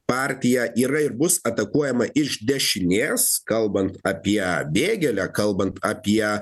partija yra ir bus atakuojama iš dešinės kalbant apie vėgelę kalbant apie